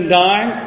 dying